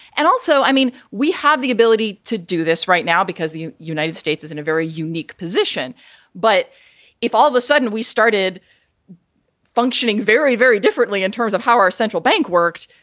and also, i mean, we have the ability to do this right now because the united states is in a very unique position but if all of a sudden we started functioning very, very differently in terms of how our central bank worked,